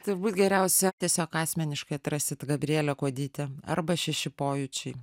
turbūt geriausia tiesiog asmeniškai atrasit gabrielė kuodytė arba šeši pojūčiai